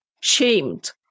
shamed